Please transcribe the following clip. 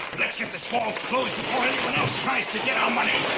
let's get this vault closed before anyone else tries to get our money.